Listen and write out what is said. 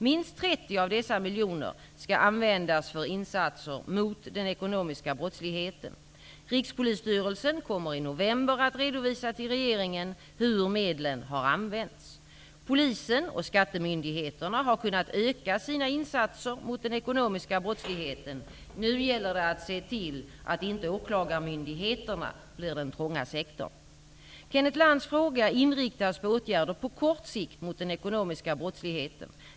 Minst 30 av dessa miljoner skall användas för insatser mot den ekonomiska brottsligheten. Rikspolisstyrelsen kommer i november att redovisa till regeringen hur medlen har använts. Polisen och skattemyndigheterna har kunnat öka sina insatser mot den ekonomiska brottsligheten. Nu gäller det att se till att inte åklagarmyndigheterna blir den trånga sektorn. Kenneth Lantz fråga inriktas på åtgärder på kort sikt mot den ekonomiska brottsligheten.